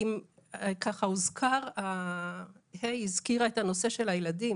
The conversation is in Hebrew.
אם כבר ככה הוזכר, ה' הזכירה את הנושא של הילדים.